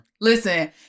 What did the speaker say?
listen